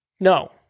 no